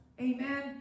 Amen